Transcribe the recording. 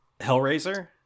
hellraiser